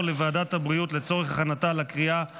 לוועדת הבריאות לצורך הכנתה לקריאה הראשונה.